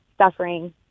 suffering